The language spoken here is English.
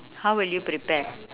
how will you prepare